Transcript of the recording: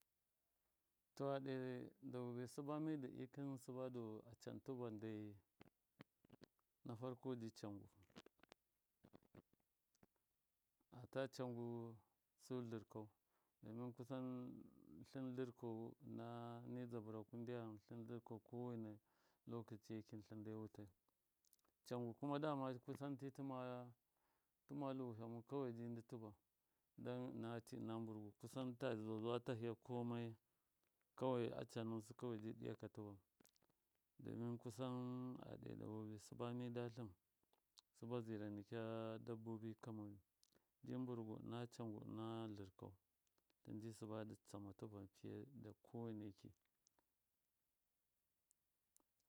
To aɗo dabbobi sɨba midi ɗɨkɨm sɨbadu acan tɨvan dai na farko ji cangu ata cangu su dlɨrkau kasan dlɨrkau ɨna ni dzabɨraku ndyam tlɨn dlɨrkau. Kowena lokoci yeki tlɨn nde wutai, cangu kuma dama kusan ti tɨmalu wihamu kawai ti ndɨ tɨvan. Don ɨna ti ɨna bɨrgu kusan tazuwa zuwa tahɨya komayai kawai acan nusɨ kawai ji ɗiyaka tɨvan, domin kusaan a ɗe dabbobi sɨba mida tlɨn ba zira nikya dabbobi ka moyu. ni burgwu ɨna cangu ɨna dlɨrkau, tlɨnji sɨba dɨ cama tɨvan fiye ɨna koweneki.